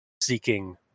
seeking